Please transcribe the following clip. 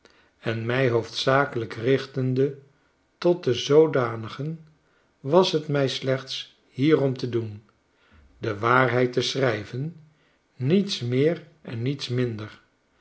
en mij hoofdzakelyk richtende tot de zoodanigen was j t mij slechts hierom te doen de waarheid te schrijven niets meer en niet minder